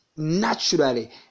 naturally